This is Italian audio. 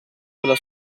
della